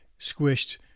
squished